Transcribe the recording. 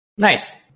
Nice